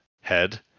head